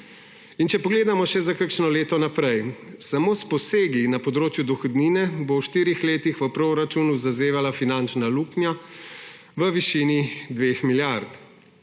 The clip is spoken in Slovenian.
Če pogledamo še za kakšno leto naprej. Samo s posegi na področju dohodnine bo v štirih letih v proračunu zazevala finančna luknja v višini 2 milijard.